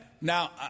Now